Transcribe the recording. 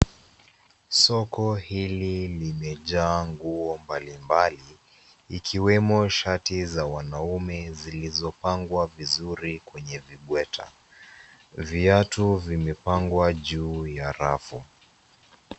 Soko hili limejaa nguo mbalimbali ikiwemo shati za wanaume zilizopangwa vizuri kwenye vibweta. Viatu vimepangwa juu ya rafu.